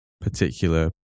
particular